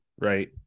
right